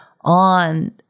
on